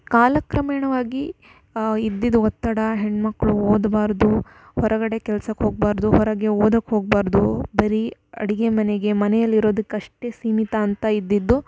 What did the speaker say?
ಕಾಲಕ್ರಮೇಣವಾಗಿ ಇದ್ದಿದ್ದು ಒತ್ತಡ ಹೆಣ್ಣುಮಕ್ಳು ಓದಬಾರ್ದು ಹೊರಗಡೆ ಕೆಲ್ಸಕ್ಕೆ ಹೋಗಬಾರ್ದು ಹೊರಗೆ ಓದೋಕೆ ಹೋಗಬಾರ್ದು ಬರೀ ಅಡಿಗೆ ಮನೆಗೆ ಮನೆಯಲ್ಲಿರೋದಕ್ಕೆ ಅಷ್ಟೇ ಸೀಮಿತ ಅಂತ ಇದ್ದಿದ್ದು